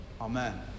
Amen